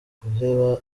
guheba